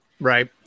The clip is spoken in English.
right